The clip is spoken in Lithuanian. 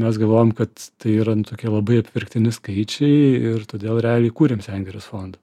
mes galvojam kad tai yra nu tokie labai apverktini skaičiai ir todėl realiai įkurėm sengirės fondą